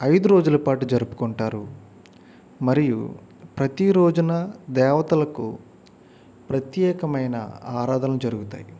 ఐదు రోజుల పాటు జరుపుకుంటారు మరియు ప్రతిరోజున దేవతలకు ప్రత్యేకమైన ఆరాధనలు జరుగుతాయి